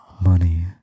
money